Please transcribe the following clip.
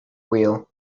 wheel